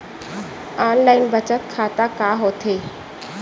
Online बचत खाता का होथे?